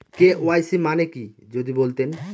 KYC মানে কি যদি বলতেন?